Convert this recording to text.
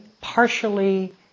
partially